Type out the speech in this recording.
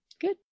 Good